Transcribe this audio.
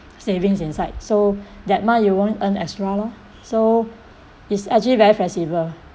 savings inside so that month you won't earn extra lor so it's actually very flexible